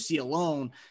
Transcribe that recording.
alone